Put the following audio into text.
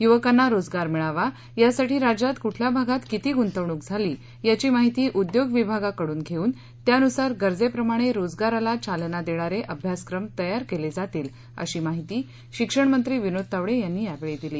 युवकांना रोजगार मिळावा यासाठी राज्यात कुठल्या भागात किती गुंतवणूक झाली याची माहिती उद्योग विभागाकडून घेऊन त्यानुसार गरजेप्रमाणे रोजगाराला चालना देणारे अभ्यासक्रम तयार केले जातील अशी माहिती शिक्षण मंत्री विनोद तावडे यांनी यावेळी दिली